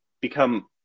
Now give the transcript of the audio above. become